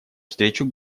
встречу